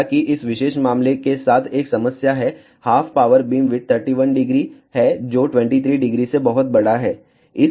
हालांकि इस विशेष मामले के साथ एक समस्या है हाफ पावर बीमविड्थ 310 है जो 230 से बहुत बड़ा है